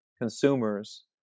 consumers